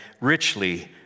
richly